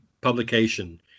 publication